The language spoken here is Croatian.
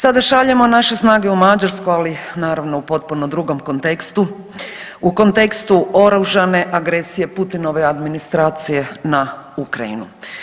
Sada šaljemo naše snage u Mađarsku, ali naravno u potpuno drugom kontekstu, u kontekstu oružane agresije Putinove administracije na Ukrajinu.